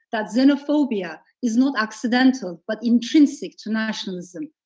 that xenophobia is not accidental but intrinsic to nationalism.